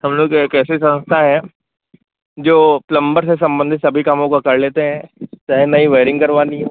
हम लोग एक ऐसी संस्था है जो प्लंबर से संबंधित सभी कामों को कर लेते हैं चाहे नई वायरिंग करनी हो